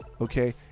Okay